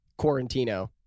Quarantino